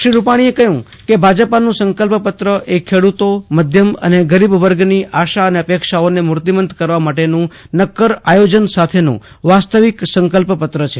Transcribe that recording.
શ્રી રૂપાણીએ કહ્યું કે ભાજપાનું સંકલ્પપત્ર એ ખેડૂતો મધ્યમ અને ગરીબ વર્ગની આશા અને અપેક્ષાઓને મૂર્તિમંત કરવા માટેનું નક્કર આયોજન સાથેનું વાસ્તવિક સંકલ્પપત્ર છે